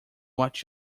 what